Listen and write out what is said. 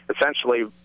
essentially